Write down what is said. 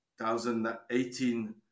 2018